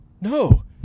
no